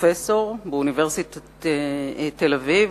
פרופסור באוניברסיטת תל-אביב,